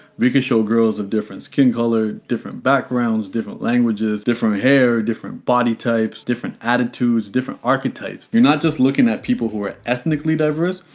we could show girls of different skin color, different backgrounds, different languages different hair, different body types, different attitudes different archetypes you're not just looking at people who are ethnically diverse,